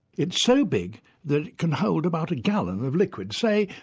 it's so big that it can hold about a gallon of liquid say,